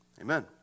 Amen